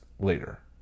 later